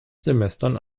semestern